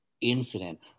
incident